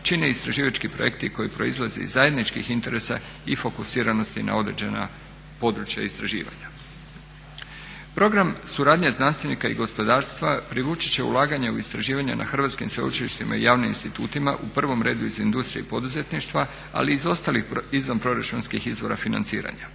čine istraživački projekti koji proizlaze iz zajedničkih interesa i fokusiranosti na određena područja istraživanja. Program suradnje znanstvenika i gospodarstva privući će ulaganja u istraživanja na hrvatskim sveučilištima i javnim institutima, u prvom redu iz industrije i poduzetništva ali i iz ostalih izvanproračunskih izvora financiranja.